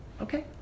Okay